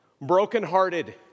brokenhearted